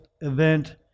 event